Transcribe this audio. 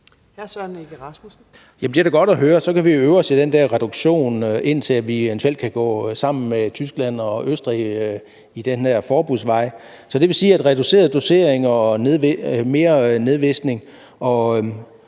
Det er da godt at høre. Så kan vi øve os i at lave den der reduktion, indtil vi eventuelt kan gå sammen med Tyskland og Østrig ad den her forbudsvej. Så det vil sige, at reducerede doseringer, mere nedvisning